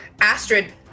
astrid